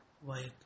white